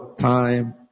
time